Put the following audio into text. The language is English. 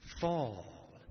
fall